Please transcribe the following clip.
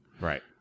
Right